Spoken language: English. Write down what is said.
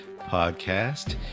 podcast